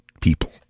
people